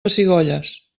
pessigolles